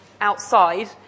outside